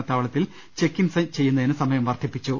നത്താവളത്തിൽ check in ചെയ്യുന്നതിന് സമയം വർദ്ധിപ്പിച്ചു